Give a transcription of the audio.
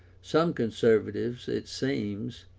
some conservatives, it seems,